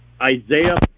Isaiah